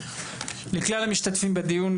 ולכלל המשתתפים בדיון,